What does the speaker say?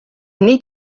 need